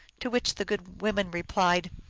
to which the good women replied,